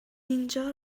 اینجا